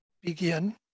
begin